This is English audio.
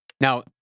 Now